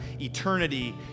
eternity